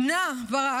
בנה ברק,